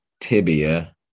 tibia